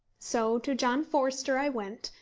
so to john forster i went,